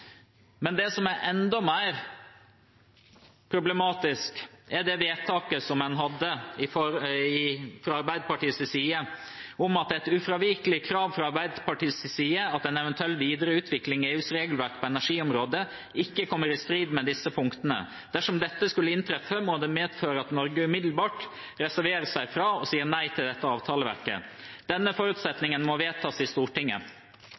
Men det som er enda mer problematisk, er det vedtaket en hadde fra Arbeiderpartiets side om at det er et ufravikelig krav at en eventuell videre utvikling av EUs regelverk på energiområdet ikke kommer i strid med disse punktene. Dersom dette skulle inntreffe, må det medføre at Norge umiddelbart reserverer seg fra og sier nei til dette avtaleverket. Denne forutsetningen må vedtas i Stortinget.